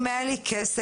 אם היה לי כסף,